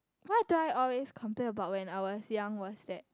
what do I always complain about when I was young was that